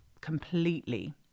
completely